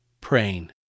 praying